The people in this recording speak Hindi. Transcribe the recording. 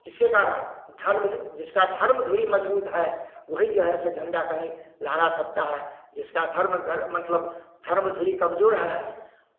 जिसके कारण धर्म जे जिसका धर्मधुरी मज़बूत है वही जो है से झंडा कहीं लहरा सकता है जिसका धर्म अगर मतलब धर्मधुरी कमज़ोर है